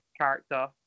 character